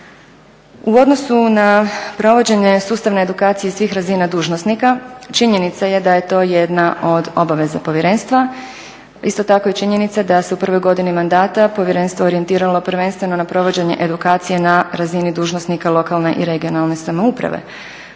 U odnosu na provođenje sustavne edukacije svih razina dužnosnika činjenica je da je to jedna od obaveza Povjerenstva. Isto tako i činjenica da se u prvoj godini mandata Povjerenstvo orijentiralo prvenstveno na provođenje edukacije na razini dužnosnika lokalne i regionalne samouprave